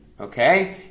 Okay